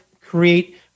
create